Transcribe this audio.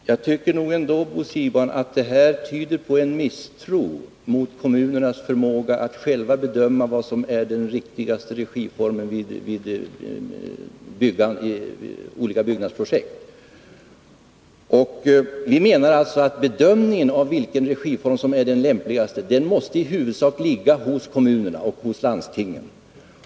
Herr talman! Jag tycker nog ändå, Bo Siegbahn, att förslaget tyder på misstro mot kommunernas förmåga att själva bedöma vad som är den riktigaste regiformen vid olika byggnadsprojekt. Vi menar att bedömningen av vilken regiform som är lämpligast i huvudsak måste ligga hos kommunerna och landstingen.